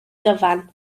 gyfan